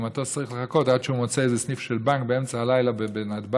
והמטוס צריך לחכות עד שהוא מוצא סניף של בנק באמצע הלילה בנתב"ג.